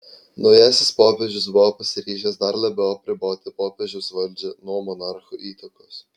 naujasis popiežius buvo pasiryžęs dar labiau atriboti popiežiaus valdžią nuo monarcho įtakos